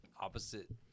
Opposite